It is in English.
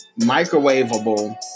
microwavable